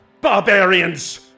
Barbarians